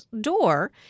door